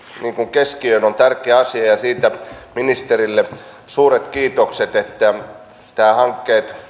keskiöön on tärkeä asia ja siitä ministerille suuret kiitokset että nämä hankkeet